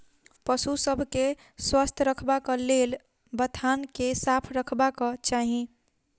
पशु सभ के स्वस्थ रखबाक लेल बथान के साफ रखबाक चाही